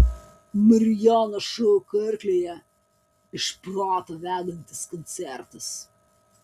marijono šou karklėje iš proto vedantis koncertas